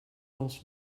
else